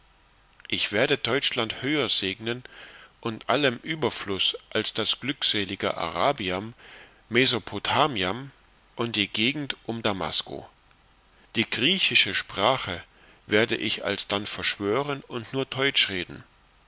ich werde teutschland höher segnen mit allem überfluß als das glückselige arabiam mesopotamiam und die gegend um damasco die griechische sprache werde ich alsdann verschwören und nur